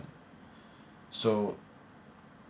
so